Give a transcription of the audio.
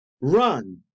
run